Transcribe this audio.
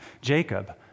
Jacob